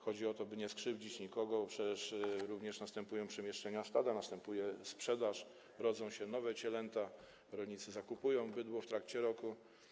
Chodzi też o to, by nie skrzywdzić nikogo, bo przecież następują również przemieszczenia stada, następuje sprzedaż, rodzą się nowe cielęta, rolnicy zakupują bydło w trakcie roku.